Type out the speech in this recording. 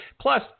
Plus